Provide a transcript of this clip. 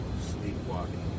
sleepwalking